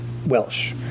Welsh